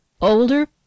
older